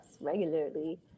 regularly